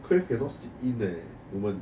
crave cannot sit in leh woman